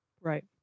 Right